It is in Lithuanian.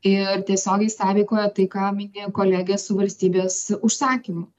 ir tiesiogiai sąveikoja tai ką minėjo kolegė su valstybės užsakymu